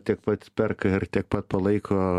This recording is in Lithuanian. tiek pati perka ir tiek pat palaiko